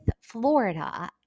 Florida